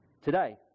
Today